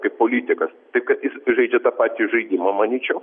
kaip politikas taip kad jis žaidžia tą patį žaidimą manyčiau